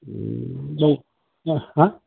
जाय हा